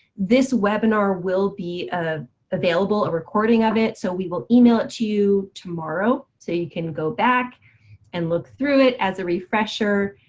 this webinar will be ah available, a recording of it so we will email it to you tomorrow so you can go back and look through it as a refresher.